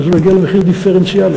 להגיע למחיר דיפרנציאלי.